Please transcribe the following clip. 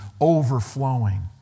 overflowing